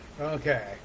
Okay